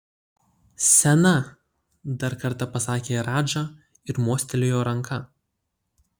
sena dar kartą pasakė radža ir mostelėjo ranka